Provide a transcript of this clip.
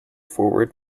forward